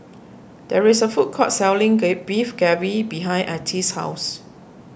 there is a food court selling Beef Galbi behind Ettie's house